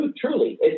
truly